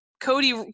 cody